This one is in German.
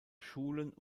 schulen